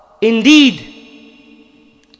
indeed